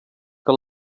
que